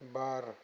बार